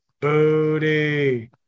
booty